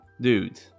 dude